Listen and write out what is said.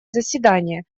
заседание